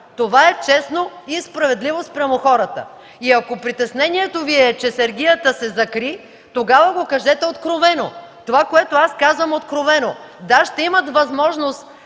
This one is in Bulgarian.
Това е честно и справедливо спрямо хората. Ако притеснението Ви е, че сергията се закри, тогава го кажете откровено, това, което аз казвам откровено – да, ще имат възможност